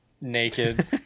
naked